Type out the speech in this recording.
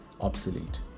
obsolete